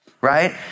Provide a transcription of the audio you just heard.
right